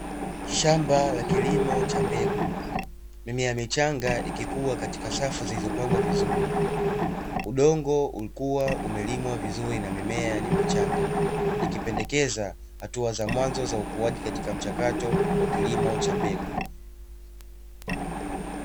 Shamba la kilimo cha mbegu, mimea michanga ikikua katika safu zilizopangwa vizuri. Udongo ulikuwa umelimwa vizuri na mimea ni michanga, ikipendekeza hatua za mwanzo za ukuaji katika mchakato wa kilimo cha mbegu.